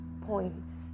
points